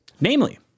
Namely